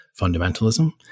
fundamentalism